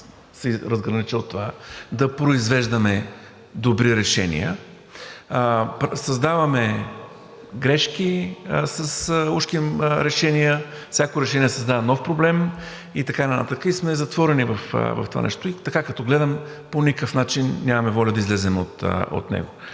да произвеждаме добри решения. Създаваме грешки с ужким решения – всяко решение създава нов проблем и така нататък, и сме затворени в това нещо и като гледам, по никакъв начин нямаме воля да излезем от него.